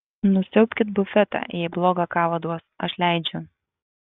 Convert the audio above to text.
nusiaubkit bufetą jei blogą kavą duos aš leidžiu